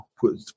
Put